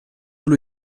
tout